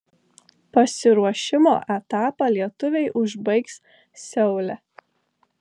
pasiruošimo etapą lietuviai užbaigs seule